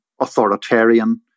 authoritarian